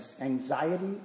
anxiety